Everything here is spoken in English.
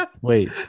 wait